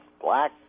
black